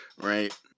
Right